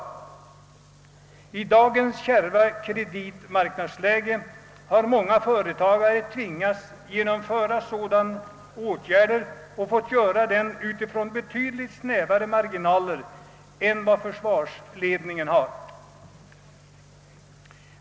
I dagens kärva kreditmarknadsläge har många företagare tvingats genomföra sådana åtgärder och fått göra dem utifrån betydligt snävare marginaler än vad försvarsledningen har.